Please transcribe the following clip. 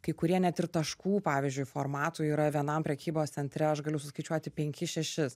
kai kurie net ir taškų pavyzdžiui formatų yra vienam prekybos centre aš galiu suskaičiuoti penkis šešis